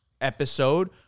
episode